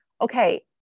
Okay